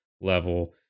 level